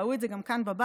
ראו את זה גם כאן בבית,